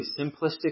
simplistic